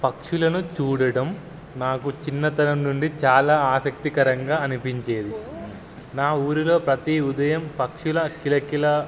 పక్షులను చూడడం నాకు చిన్నతనం నుండి చాలా ఆసక్తికరంగా అనిపించేది నా ఊరిలో ప్రతి ఉదయం పక్షుల కిలకిిల